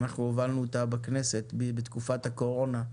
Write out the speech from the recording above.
אנחנו הובלנו אותה בכנסת בתקופת הקורונה,